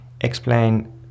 explain